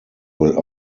will